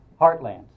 heartlands